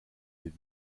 des